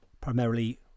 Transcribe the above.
primarily